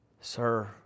Sir